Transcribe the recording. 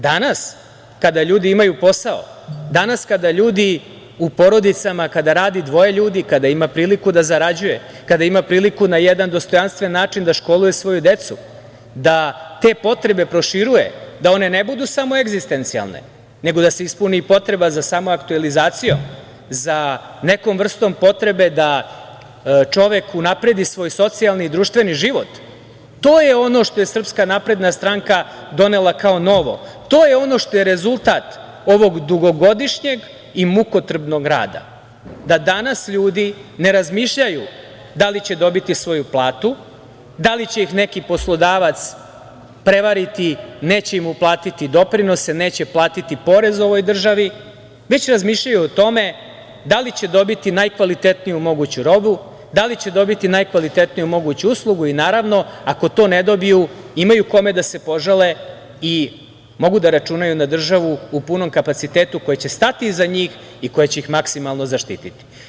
Danas kada ljudi imaju posao, danas kada ljudi u porodicama, kada rade dvoje ljudi, kada imaju priliku da zarađuju, kada imaju priliku da na jedna dostojanstven način školuje svoju decu, da te potrebe proširuje, da one ne budu samo egzistencijalne, nego da se ispuni potreba za samoaktuelizacijom, za nekom vrstom potrebe da čovek unapredi svoj socijalni, društveni život, to je ono što je SNS donela kao novo, to je ono što je rezultat ovog dugogodišnjeg i mukotrpnog rada, da danas ljudi ne razmišljaju da li će dobiti svoju platu, da li će ih neki poslodavac prevariti, neće im uplatiti doprinose, neće platiti porez ovoj državi, već razmišljaju o tome da li će dobiti najkvalitetniju moguću robu, dali će dobiti najkvalitetniju moguću uslugu i naravno ako to ne dobiju imaju kome da se požale i mogu da računaju na državu u punom kapacitetu koja će stati iza njih i koja će ih maksimalno zaštiti.